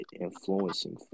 influencing